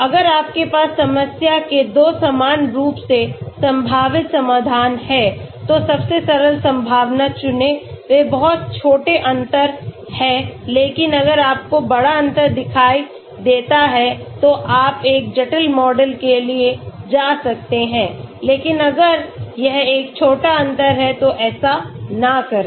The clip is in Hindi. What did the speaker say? अगर आपके पास समस्या के 2 समान रूप से संभावित समाधान हैं तो सबसे सरल संभावना चुनें वे बहुत छोटे अंतर हैं लेकिन अगर आपको बड़ा अंतर दिखाई देता है तो आप एक जटिल मॉडल के लिए जा सकते हैं लेकिन अगर यह एक छोटा अंतर है तो ऐसा न करें